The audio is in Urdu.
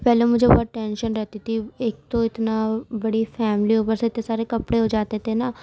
پہلے مجھے بہت ٹینشن رہتی تھی ایک تو اتنا بڑی فیملی اوپر سے اتنے سارے کپڑے ہوجاتے تھے نا